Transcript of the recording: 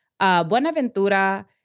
Buenaventura